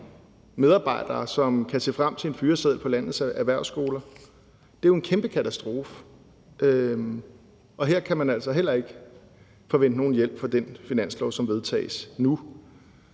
erhvervsskoler, som kan se frem til en fyreseddel. Det er jo en kæmpe katastrofe. Og her kan man altså heller ikke forvente nogen hjælp fra den finanslov, som vedtages nu.